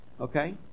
okay